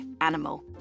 Animal